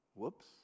Whoops